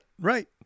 right